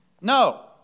no